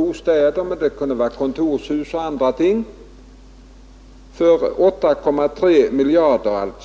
bostäder men det kunde också vara kontorshus och annat — för 8,3 miljarder kronor.